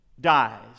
dies